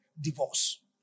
divorce